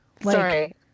Sorry